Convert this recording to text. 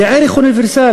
זה ערך אוניברסלי,